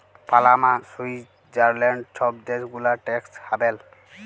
Panama, Switzerland ছব দ্যাশ গুলা ট্যাক্স হ্যাভেল